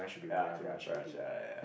ya Marina Barrage ah ya